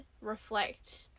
reflect